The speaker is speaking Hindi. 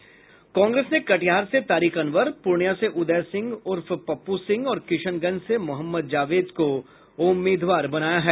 वहीं कांग्रेस ने कटिहार से तारिक अनवर पूर्णिया से उदय सिंह उर्फ पप्पू सिंह और किशनगंज से मोहम्मद जावेद को उम्मीदवार बनाया है